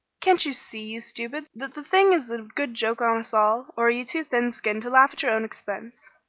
can't you see, you stupids, that the thing is a good joke on us all? or are you too thin skinned to laugh at your own expense?